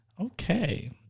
Okay